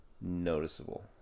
noticeable